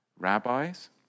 Rabbis